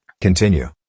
Continue